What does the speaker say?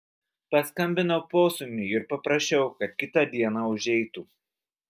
paskambinau posūniui ir paprašiau kad kitą dieną užeitų